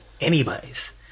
anybody's